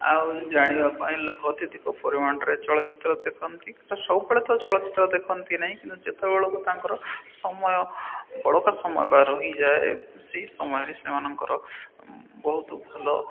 ଆଉ ଜାଣିବା ପାଇଁ ଲୋକ ଅତ୍ୟଧିକ ପରିମାଣରେ ଚଳଚ୍ଚିତ୍ର ଦେଖନ୍ତି କିନ୍ତ ସବୁବେଳେ ତ ଚଳଚ୍ଚିତ୍ର ଦେଖନ୍ତି ନାହିଁ କିନ୍ତୁ ଯେତେବେଳେ ତାଙ୍କର ସମୟ ବଳକା ସମୟ ବା ରହିଯାଏ ସେଇ ସମୟରେ ସେମାନଙ୍କର ବହୁତ ଭଲ